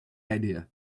idea